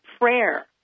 prayer